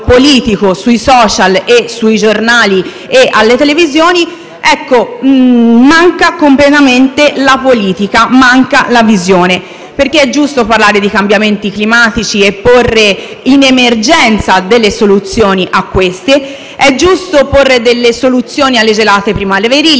sui *social*, sui giornali e nei programmi televisivi, manca completamente la politica, manca la visione. È giusto parlare di cambiamenti climatici e porre in emergenza delle soluzioni a queste situazioni. È giusto porre delle soluzioni alle gelate primaverili